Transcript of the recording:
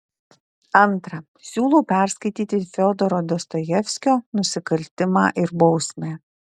antra siūlau perskaityti fiodoro dostojevskio nusikaltimą ir bausmę